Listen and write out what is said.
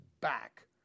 back